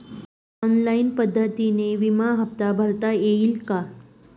Online पद्धतीने विमा हफ्ता भरता येईल का?